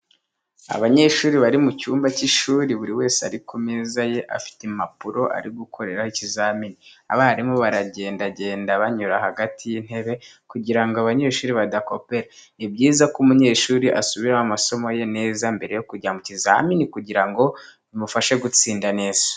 Abanyeshuri bari mu cyumba cy'ishuri buri wese ari ku meza ye, afite impapuro ari gukoreraho ikizamini abarimu baragendagenda banyura hagati y'itebe kugira ngo abanyeshuri badakopera. Ni byiza ko umunyeshuri asubiramo amasomo ye neza mbere yo kujya mu kizamini kugira ngo bimufashe gutsinda neza.